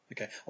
Okay